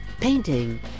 painting